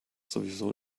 sowieso